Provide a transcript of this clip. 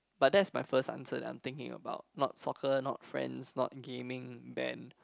but that's my first answer that I'm thinking about not soccer not friends not gaming band